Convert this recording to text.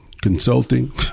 Consulting